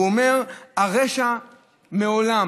הוא אמר: הרשע מעולם